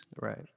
right